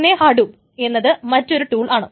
പിന്നെ ഹഡൂപ് എന്നത് മറ്റൊരു ടൂളാണ്